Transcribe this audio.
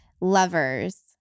lovers